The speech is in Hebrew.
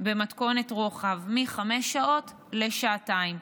במתכונת רוחב: מחמש שעות לשעתיים.